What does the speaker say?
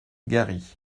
garry